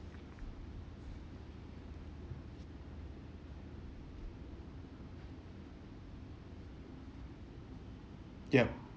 yup